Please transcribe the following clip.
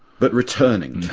but returning